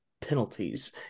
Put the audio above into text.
penalties